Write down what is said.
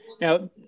Now